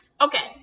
Okay